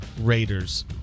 Raiders